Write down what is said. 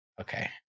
Okay